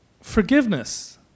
forgiveness